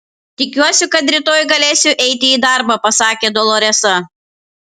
tikiuosi kad rytoj galėsiu eiti į darbą pasakė doloresa